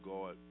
God